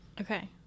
Okay